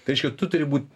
tai reiškia tu turi būt